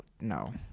no